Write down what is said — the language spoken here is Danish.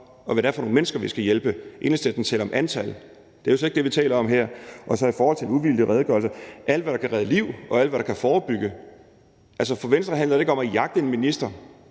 og hvad det er for nogle mennesker, vi skal hjælpe. Enhedslisten taler om antal. Det er jo slet ikke det, vi taler om her. I forhold til en uvildig redegørelse vil jeg sige, at vi er for alt, hvad der kan redde liv, og for alt, der kan forebygge. Altså, for Venstre handler det ikke om at jagte en minister.